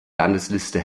landesliste